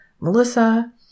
Melissa